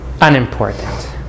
unimportant